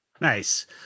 Nice